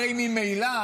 הרי ממילא